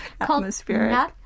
Atmosphere